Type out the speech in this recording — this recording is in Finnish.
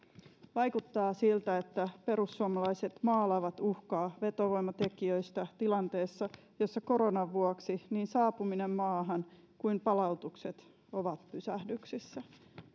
vaikuttaa siltä että perussuomalaiset maalaavat uhkaa vetovoimatekijöistä tilanteessa jossa koronan vuoksi niin saapuminen maahan kuin palautukset ovat pysähdyksissä